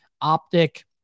Optic